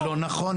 זה לא נכון.